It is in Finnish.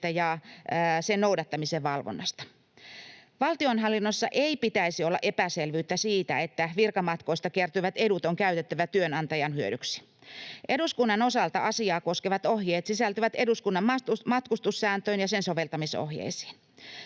ja sen noudattamisen valvonnasta. Valtionhallinnossa ei pitäisi olla epäselvyyttä siitä, että virkamatkoista kertyvät edut on käytettävä työnantajan hyödyksi. Eduskunnan osalta asiaa koskevat ohjeet sisältyvät eduskunnan matkustussääntöön ja sen soveltamisohjeisiin.